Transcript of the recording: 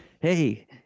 hey